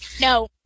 No